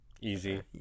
easy